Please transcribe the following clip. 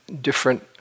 different